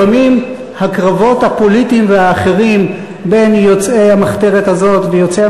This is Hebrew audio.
לפעמים הקרבות הפוליטיים והאחרים בין יוצאי המחתרת הזאת ויוצאי